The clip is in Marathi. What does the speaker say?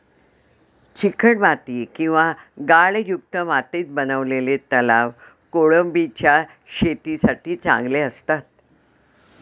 चिकणमाती किंवा गाळयुक्त मातीत बनवलेले तलाव कोळंबीच्या शेतीसाठी चांगले असतात